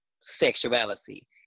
sexuality